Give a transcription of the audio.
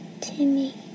Timmy